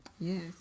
Yes